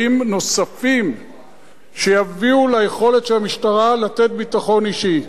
נוספים שיביאו ליכולת של המשטרה לתת ביטחון אישי.